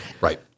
Right